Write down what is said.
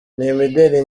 n’imideli